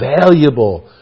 valuable